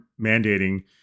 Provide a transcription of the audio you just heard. mandating